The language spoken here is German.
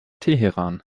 teheran